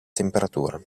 temperatura